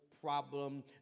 problem